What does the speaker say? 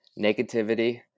Negativity